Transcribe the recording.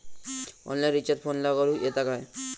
Online recharge फोनला करूक येता काय?